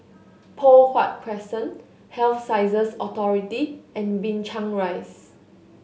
Poh Huat Crescent Health Sciences Authority and Binchang Rise